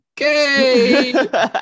Okay